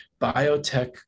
biotech